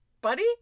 Buddy